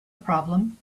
problem